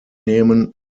nehmen